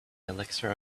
elixir